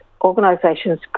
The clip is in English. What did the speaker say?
organisations